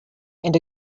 and